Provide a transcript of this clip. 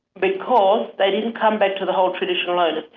because they didn't come back to the whole traditional and